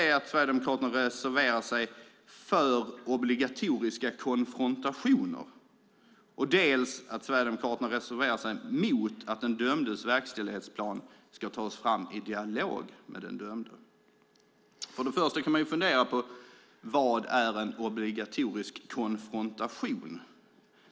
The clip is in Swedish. Den första: Sverigedemokraterna reserverar sig dels för obligatoriska konfrontationer, dels mot att den dömdes verkställighetsplan ska tas fram i dialog med den dömde. Man kan fundera på vad en obligatorisk konfrontation är.